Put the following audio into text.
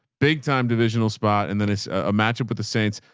big time divisional spot and then a match up with the saints.